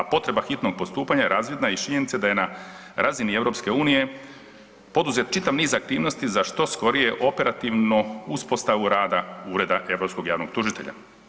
A potreba hitnog postupanja razvidna je iz činjenice da je na razini EU-a poduzet čitav niz aktivnosti za što skorije operativnu uspostavu rada Ureda europskog javnog tužitelja.